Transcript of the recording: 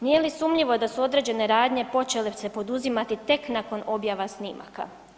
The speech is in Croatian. Nije li sumnjivo da su određene radnje počele se poduzimati tek nakon objava snimaka?